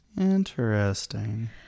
Interesting